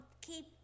Keep